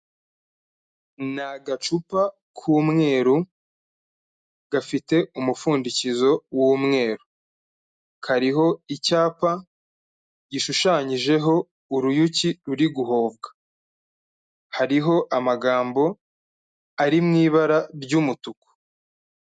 Ni agacupa k'umweru gafite umupfundikizo w'umweru, kariho icyapa gishushanyijeho uruyuki ruri guhovwa, hariho amagambo ari mu ibara ry'umutuku.